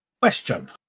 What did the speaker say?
Question